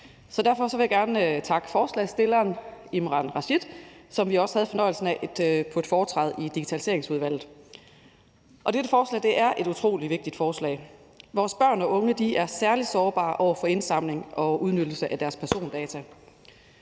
Derfor vil jeg gerne takke hovedstilleren, Imran Rashid, som vi også havde fornøjelsen af at møde på et foretræde i Digitaliseringsudvalget. Dette forslag er et utrolig vigtigt forslag. Vores børn og unge er særlig sårbare over for indsamling og udnyttelse af deres persondata.